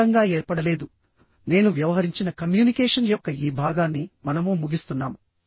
మొత్తంగా ఏర్పడలేదు నేను వ్యవహరించిన కమ్యూనికేషన్ యొక్క ఈ భాగాన్ని మనము ముగిస్తున్నాము